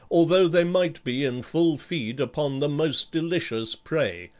although they might be in full feed upon the most delicious prey,